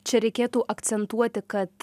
čia reikėtų akcentuoti kad